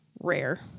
rare